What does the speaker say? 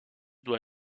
doit